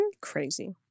Crazy